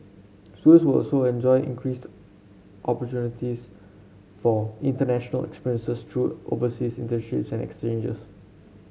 students will also enjoy increased opportunities for international experiences through overseas internships and exchanges